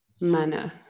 manner